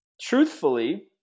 truthfully